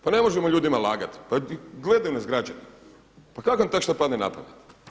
Pa ne možemo ljudima lagati, pa gledaju nas građani, pa kak' vam tak' šta padne na pamet?